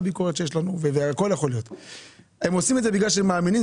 הם עושים את זה בגלל שהם מאמינים.